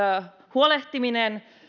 huolehtiminen